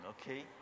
Okay